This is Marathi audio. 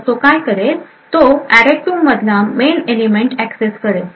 तर तो काय करेल तो array2 मधला मेन एलिमेंट एक्सेस करेल